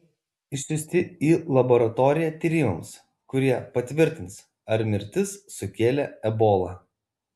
mėginiai išsiųsti į laboratoriją tyrimams kurie patvirtins ar mirtis sukėlė ebola